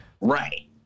Right